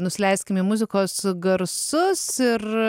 nusileiskim į muzikos garsus ir